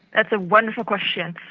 that's a wonderful question.